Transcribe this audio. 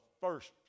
first